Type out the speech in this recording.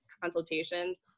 consultations